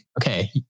okay